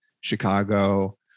Chicago